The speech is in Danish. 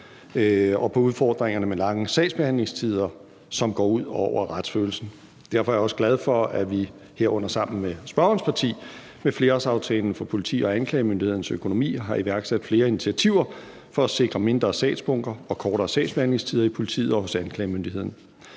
og på udfordringerne med lange sagsbehandlingstider, som går ud over retsfølelsen. Derfor er jeg også glad for, at vi, herunder sammen med spørgerens parti, med flerårsaftalen for politiets og anklagemyndighedens økonomi har iværksat flere initiativer for at sikre mindre sagsbunker og kortere sagsbehandlingstider i politiet og hos anklagemyndigheden.